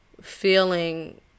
feeling